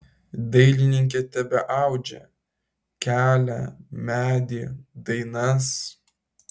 dailininkė tebeaudžia kelią medį dainas